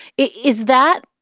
is that.